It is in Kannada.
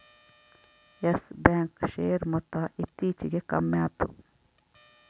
ಯಸ್ ಬ್ಯಾಂಕ್ ಶೇರ್ ಮೊತ್ತ ಇತ್ತೀಚಿಗೆ ಕಮ್ಮ್ಯಾತು